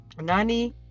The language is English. nani